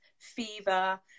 fever